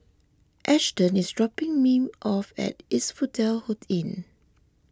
Ashton is dropping me off at Asphodel Inn